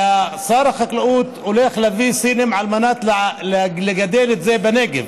ושר החקלאות הולך להביא סינים על מנת לגדל את זה בנגב